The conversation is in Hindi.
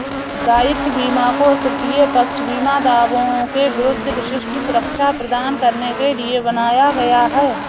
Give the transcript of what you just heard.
दायित्व बीमा को तृतीय पक्ष बीमा दावों के विरुद्ध विशिष्ट सुरक्षा प्रदान करने के लिए बनाया गया है